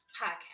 podcast